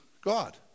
God